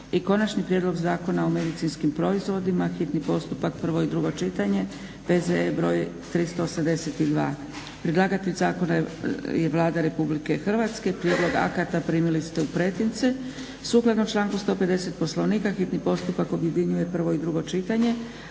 - Konačni prijedlog zakona o medicinskim proizvodima, hitni postupak, prvo i drugo čitanje, PZE br. 382 Predlagatelji zakona je Vlada Republike Hrvatske. Prijedlog akata primili ste u pretince. Sukladno članku 159. Poslovnika hitni postupak objedinjuje prvo i drugo čitanje.